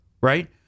right